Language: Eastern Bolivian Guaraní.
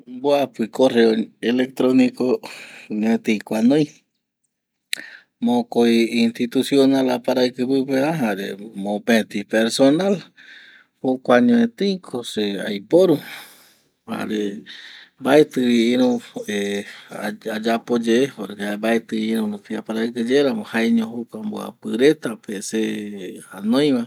Mboapi correo electrico ño etei ko anoi mokoi institucional aparaiki pupeva jare mopeti personal jokua ño etei ko se aiporu jare mbaeti vi iru ˂hesitation˃ ayapoye porque mbaeti iru pe aparaiki ye ramo jaeño jokua mbuapi reta pe se anoi va.